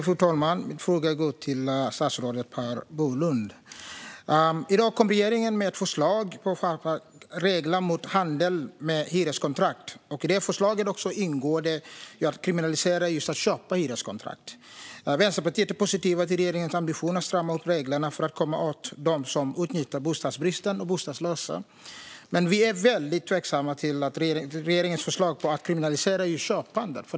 Fru talman! Min fråga går till statsrådet Per Bolund. I dag kom regeringen med ett förslag för att skärpa åtgärderna mot handel med hyreskontrakt. I det förslaget ingår också kriminalisering av köp av hyreskontrakt. Vänsterpartiet är positiva till regeringens ambition att strama upp reglerna för att komma åt dem som utnyttjar bostadsbristen och bostadslösa. Men vi är väldigt tveksamma till regeringens förslag att kriminalisera just köpet.